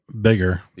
bigger